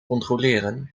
controleren